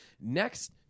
next